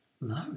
No